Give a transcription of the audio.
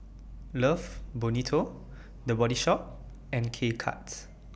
Love Bonito The Body Shop and K Cuts